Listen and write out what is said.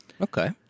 Okay